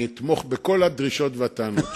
אני אתמוך בכל הדרישות והטענות שלך.